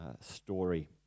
story